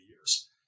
years